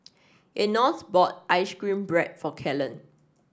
Enos bought ice cream bread for Kellan